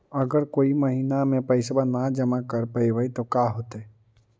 अगर कोई महिना मे पैसबा न जमा कर पईबै त का होतै?